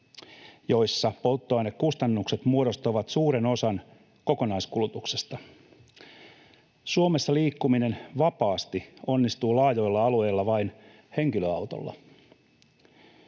joissa polttoainekustannukset muodostavat suuren osan kokonaiskulutuksesta. Suomessa liikkuminen vapaasti onnistuu laajoilla alueilla vain henkilöautolla.